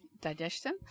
digestion